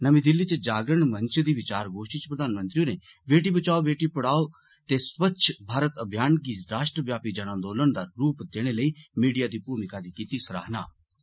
नमीं दिल्ली च जागरण मंच दी विचार गोश्ठी च प्रधानमंत्री होरे 'बेटी बचाओ बेटी पढ़ाओ' ते स्वच्छ भारत अभियान गी राश्ट्रव्यापी जन आन्दोलन दा रुप देने लेई मीडिया दी भूमिका दी सराहना कीती